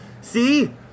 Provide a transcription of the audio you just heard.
See